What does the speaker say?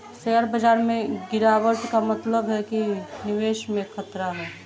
share बाजार में गिराबट का मतलब है कि निवेश में खतरा है